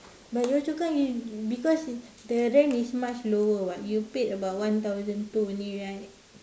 but Yio-Chu-Kang is because uh the rent is much lower [what] you paid about one thousand two only right